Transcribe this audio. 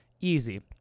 Easy